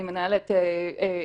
אני מנהלת עסק,